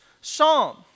psalm